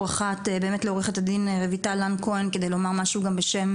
אחת לעורכת הדין רויטל לן כהן כדי לומר משהו גם בשם